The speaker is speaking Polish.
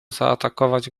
zaatakować